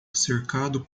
cercado